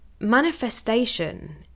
manifestation